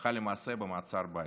הלכה למעשה במעצר בית.